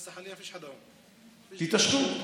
תתעשתו.